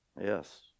Yes